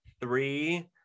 three